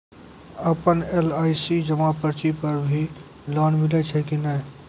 आपन एल.आई.सी जमा पर्ची पर भी लोन मिलै छै कि नै?